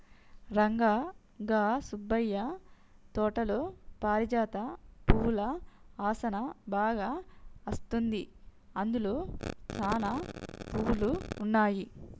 రంగా గా సుబ్బయ్య తోటలో పారిజాత పువ్వుల ఆసనా బాగా అస్తుంది, అందులో సానా పువ్వులు ఉన్నాయి